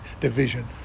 division